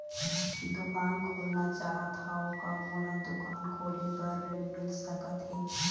दुकान खोलना चाहत हाव, का मोला दुकान खोले बर ऋण मिल सकत हे?